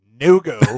no-go